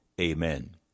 Amen